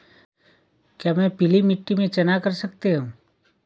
क्या मैं पीली मिट्टी में चना कर सकता हूँ?